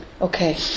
Okay